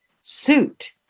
suit